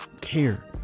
care